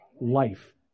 Life